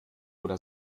oder